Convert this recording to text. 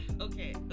okay